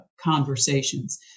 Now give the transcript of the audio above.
conversations